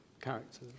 characters